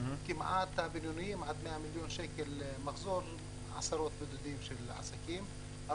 יש עשרות בודדות של עסקים בינוניים עד 100 מיליון שקל למחזור.